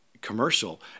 commercial